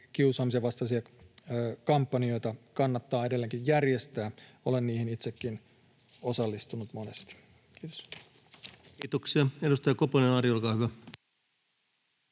kiusaamisen vastaisia kampanjoita kannattaa edelleenkin järjestää. Olen niihin itsekin osallistunut monesti. — Kiitos. [Speech 230] Speaker: